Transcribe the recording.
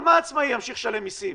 על מה עצמאי ימשיך לשלם מסים,